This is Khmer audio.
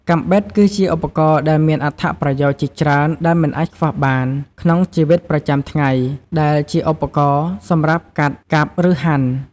កាំបិត គឺជាឧបករណ៍ដែលមានអត្ថប្រយោជន៍ជាច្រើនដែលមិនអាចខ្វះបានក្នុងជីវិតប្រចាំថ្ងៃ ដែលជាឧបករណ៍សម្រាប់កាត់ កាប់ ឬហាន់។